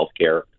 healthcare